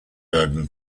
bergen